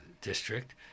district